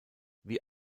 wie